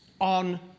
on